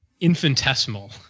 infinitesimal